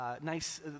nice